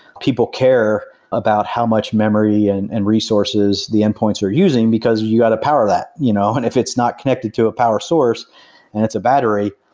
people care about how much memory and and resources the endpoints are using, because you got to power that. you know and if it's not connected to a power source and it's a battery,